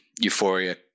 euphoria